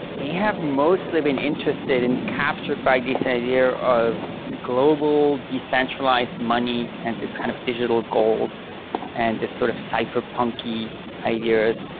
they have mostly been interested and captured by this idea of global decentralized money and this kind of digital gold and this sort of cipher punky ideas.